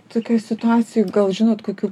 tokioj situacijoj gal žinot kokių